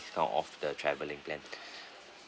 discount off the travelling plan